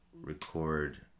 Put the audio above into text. record